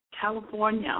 California